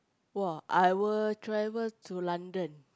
!wah! I will travel to London